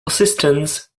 assistance